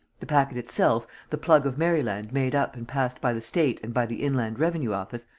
the packet itself, the plug of maryland made up and passed by the state and by the inland revenue office,